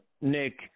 Nick